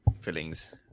fillings